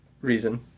reason